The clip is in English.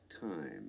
time